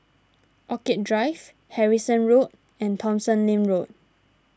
Orchid Drive Harrison Road and Tomsonlin Road